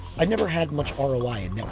i've never had much ah roi you know